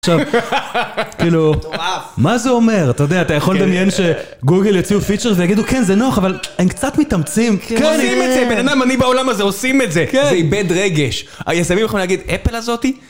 עכשיו, כאילו, מטורף, מה זה אומר? אתה יודע אתה יכול לדמיין שגוגל יציגו פיצ'ר ויגידו כן, זה נוח, אבל הם קצת מתאמצים. כן, עושים את זה, בן אדם, אני בעולם הזה, עושים את זה. זה איבד רגש. היזמים יכולים להגיד, אפל הזאתי?